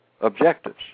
objectives